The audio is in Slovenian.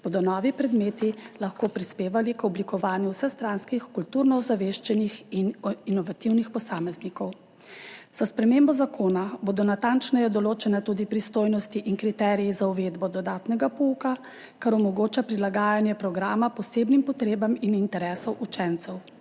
bodo novi predmeti lahko prispevali k oblikovanju vsestranskih, kulturno ozaveščenih in inovativnih posameznikov. S spremembo zakona bodo natančneje določene tudi pristojnosti in kriteriji za uvedbo dodatnega pouka, kar omogoča prilagajanje programa posebnim potrebam in interesom učencev.